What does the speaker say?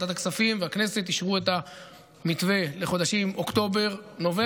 ועדת הכספים והכנסת אישרו את המתווה לחודשים אוקטובר-נובמבר.